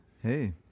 hey